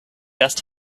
dust